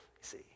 see